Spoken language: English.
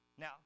Now